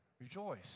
rejoice